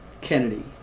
Kennedy